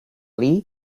lee